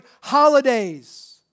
holidays